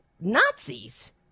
Nazis